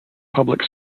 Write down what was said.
public